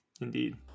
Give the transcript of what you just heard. Indeed